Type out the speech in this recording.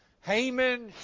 Haman